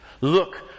Look